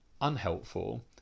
unhelpful